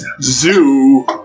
zoo